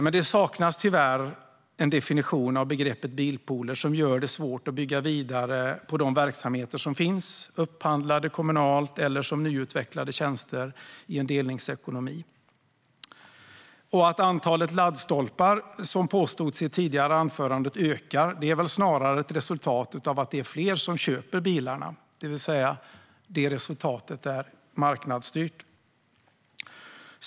Men det saknas tyvärr en definition av begreppet bilpooler, vilket gör det svårt att bygga vidare på de verksamheter som finns upphandlade kommunalt eller som nyutvecklade tjänster i en delningsekonomi. Att antalet laddstolpar ökar, som påstods i ett tidigare anförande, är väl snarare ett resultat av att det är fler som köper bilarna, det vill säga att resultatet är marknadsstyrt.